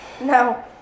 No